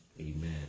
Amen